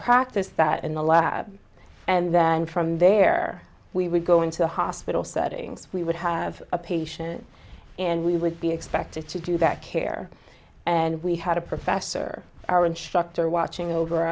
practice that in the lab and then from there we would go into hospital settings we would have a patient and we would be expected to do that care and we had a professor our instructor watching over